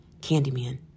Candyman